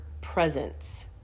presence